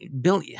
Bill